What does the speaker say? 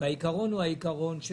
והעיקרון הוא העיקרון של